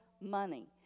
Money